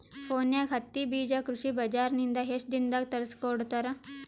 ಫೋನ್ಯಾಗ ಹತ್ತಿ ಬೀಜಾ ಕೃಷಿ ಬಜಾರ ನಿಂದ ಎಷ್ಟ ದಿನದಾಗ ತರಸಿಕೋಡತಾರ?